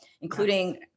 including